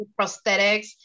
prosthetics